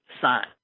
Sign